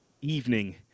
evening